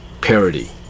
parody